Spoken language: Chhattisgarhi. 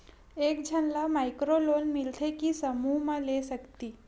एक झन ला माइक्रो लोन मिलथे कि समूह मा ले सकती?